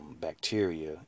bacteria